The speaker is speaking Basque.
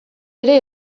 ere